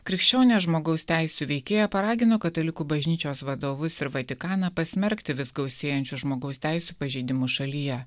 krikščionė žmogaus teisių veikėja paragino katalikų bažnyčios vadovus ir vatikaną pasmerkti vis gausėjančius žmogaus teisių pažeidimus šalyje